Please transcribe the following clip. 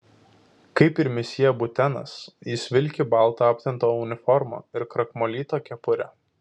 kaip ir misjė butenas jis vilki baltą aptemptą uniformą ir krakmolytą kepurę